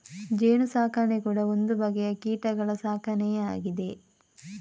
ಜೇನು ಸಾಕಣೆ ಕೂಡಾ ಒಂದು ಬಗೆಯ ಕೀಟಗಳ ಸಾಕಣೆಯೇ ಆಗಿದೆ